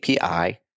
API